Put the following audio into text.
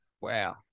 Wow